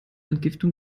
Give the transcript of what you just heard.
entgiftung